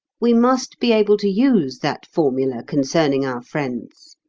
we must be able to use that formula concerning our friends.